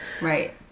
right